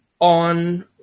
on –